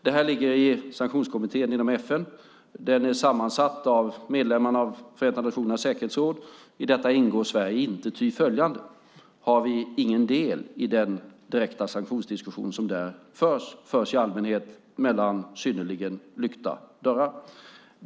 Det här ligger i sanktionskommittén inom FN. Den är sammansatt av medlemmarna av Förenta nationernas säkerhetsråd. I detta ingår inte Sverige, ty följande har vi ingen del i den direkta sanktionsdiskussion som där förs. Den förs i allmänhet bakom synnerligen lyckta dörrar.